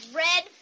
red